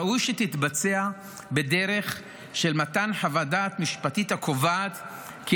ראוי שתתבצע בדרך של מתן חוות דעת משפטית הקובעת כי